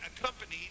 accompanied